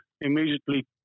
immediately